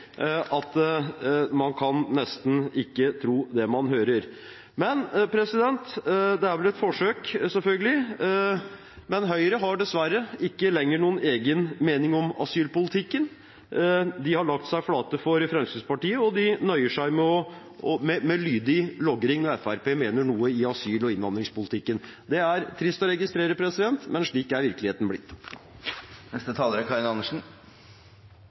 at man kan nesten ikke tro det man hører – men det er vel et forsøk, selvfølgelig. Høyre har dessverre ikke lenger noen egen mening om asylpolitikken. De har lagt seg flate for Fremskrittspartiet, og de nøyer seg med lydig logring når Fremskrittspartiet mener noe i asyl- og innvandringspolitikken. Det trist å registrere, men slik er virkeligheten